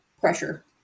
pressure